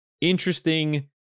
interesting